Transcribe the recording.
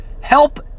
Help